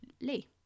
Lee